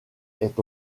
est